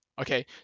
Okay